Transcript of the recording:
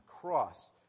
cross